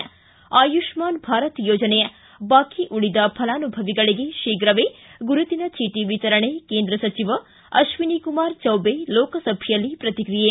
್ತಿ ಆಯುಪಮಾನ್ ಭಾರತ ಯೋಜನೆ ಬಾಕಿ ಉಳಿದ ಫಲಾನುಭವಿಗಳಿಗೆ ಶೀಘ್ರವೇ ಗುರುತಿನ ಚೀಟಿ ವಿತರಣೆ ಕೇಂದ್ರ ಸಚಿವ ಅಶ್ತಿನಿ ಕುಮಾರ್ ಚೌಬೆ ಲೋಕಸಭೆಯಲ್ಲಿ ಪ್ರತಿಕ್ರಿಯೆ